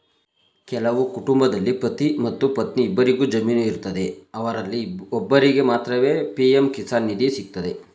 ಕೆಲವು ಕುಟುಂಬದಲ್ಲಿ ಪತಿ ಮತ್ತು ಪತ್ನಿ ಇಬ್ಬರಿಗು ಜಮೀನು ಇರ್ತದೆ ಅವರಲ್ಲಿ ಒಬ್ಬರಿಗೆ ಮಾತ್ರವೇ ಪಿ.ಎಂ ಕಿಸಾನ್ ನಿಧಿ ಸಿಗ್ತದೆ